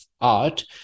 art